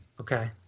Okay